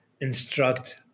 instruct